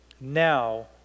now